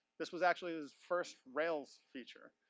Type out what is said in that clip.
this was actually his first rails feature.